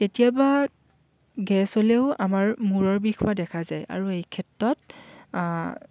কেতিয়াবা গেছ হ'লেও আমাৰ মূৰৰ বিষ হোৱা দেখা যায় আৰু এই ক্ষেত্ৰত